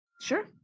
sure